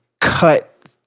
cut